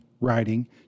writing